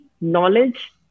knowledge